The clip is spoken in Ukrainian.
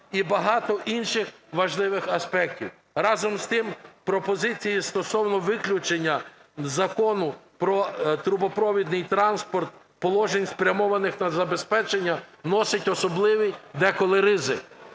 і багато інших важливих аспектів. Разом з тим пропозиції стосовно виключення із Закону "Про трубопровідний транспорт" положень, спрямованих на забезпечення, носить особливий деколи ризик.